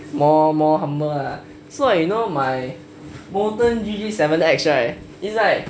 more more humble lah so you know my molten G_G seven is like